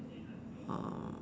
um